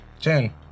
Ten